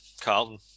Carlton